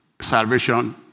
salvation